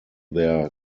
their